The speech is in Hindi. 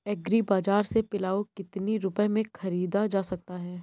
एग्री बाजार से पिलाऊ कितनी रुपये में ख़रीदा जा सकता है?